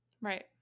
right